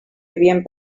havien